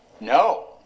No